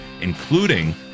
including